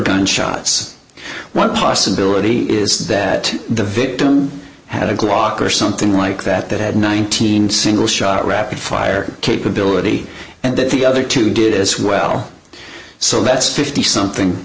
gunshots one possibility is that the victim had a glock or something like that that had nineteen single shot rapid fire capability and that the other two do this well so that's fifty something